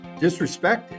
disrespected